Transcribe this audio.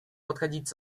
подходить